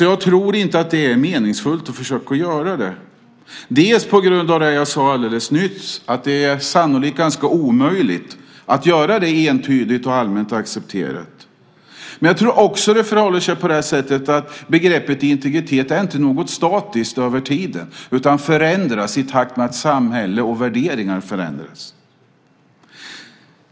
Jag tror inte att det är meningsfullt att försöka göra det just på grund av det som jag sade alldeles nyss, nämligen att det troligen är omöjligt att göra det så att det blir entydigt och allmänt accepterat. Jag tror inte heller att begreppet integritet är statiskt över tid, utan det förändras i takt med att samhället och värderingarna förändras.